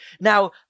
Now